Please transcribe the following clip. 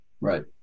Right